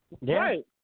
Right